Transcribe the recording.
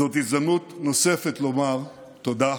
זאת הזדמנות נוספת לומר תודה.